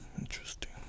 Interesting